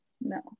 no